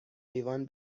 لیوان